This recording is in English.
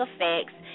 effects